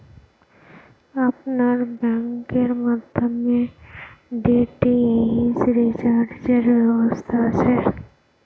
আপনার ব্যাংকের মাধ্যমে ডি.টি.এইচ রিচার্জের ব্যবস্থা আছে?